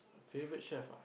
favorite chef ah